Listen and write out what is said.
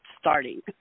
starting